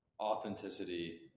authenticity